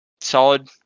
Solid